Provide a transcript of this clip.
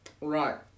Right